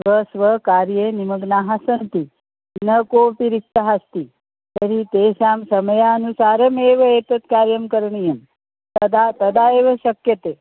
स्वस्वकार्ये निमग्नाः सन्ति न कोपि रिक्तः अस्ति तर्हि तेषां समयानुसारमेव एतत् कार्यं करणीयं तदा तदा एव शक्यते